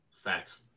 Facts